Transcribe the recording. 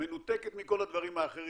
מנותקת מכל הדברים האחרים,